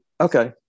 Okay